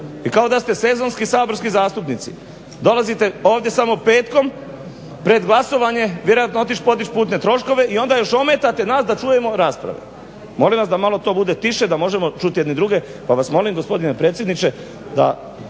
i kao da ste sezonski saborski zastupnici. Dolazite ovdje samo petkom pred glasovanje vjerojatno otići podići putne troškove i onda još ometate nas da čujemo rasprave. molim vas da to bude malo tiše da može čuti jedni druge pa vas molim gospodine predsjedniče da